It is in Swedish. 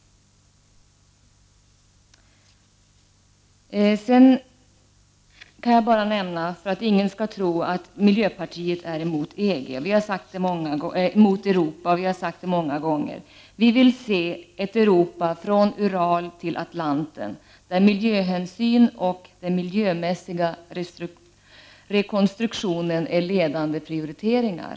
Sedan kan jag bara nämna, för att ingen skall tro att miljöpartiet är emot Europa — vi har sagt det många gånger: Vi vill ha ett Europa från Ural till Atlanten där miljöhänsyn och den miljömässiga rekonstruktionen är ledande prioriteringar.